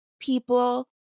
People